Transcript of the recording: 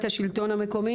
מקומי?